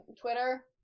Twitter